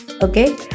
okay